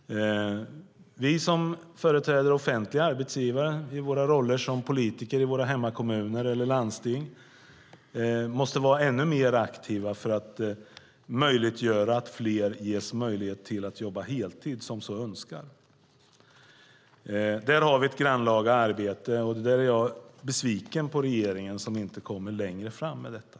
Vi som företräder offentliga arbetsgivare i våra roller som politiker i våra hemkommuner eller landsting måste vara ännu mer aktiva så att fler som så önskar ges möjlighet till att jobba heltid. Där har vi ett grannlaga arbete, och jag är besviken på regeringen som inte kommer längre fram i frågan.